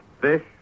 fish